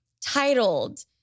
titled